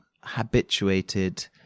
habituated